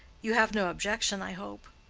you have no objection, i hope?